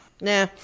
Nah